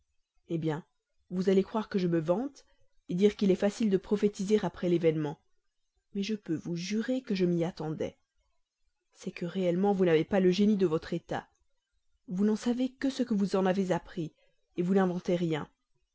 hé bien vous allez croire que je me vante dire qu'il est facile de prophétiser après l'événement mais je peux vous jurer que je m'y attendais c'est que réellement vous n'avez pas le génie de votre état vous n'en savez que ce que vous en avez appris vous n'inventez rien